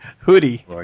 hoodie